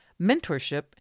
mentorship